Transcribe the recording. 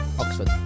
Oxford